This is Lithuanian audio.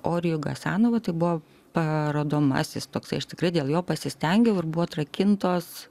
orijų gasanovą tai buvo parodomasis toksai aš tikrai dėl jo pasistengiau ir buvo atrakintos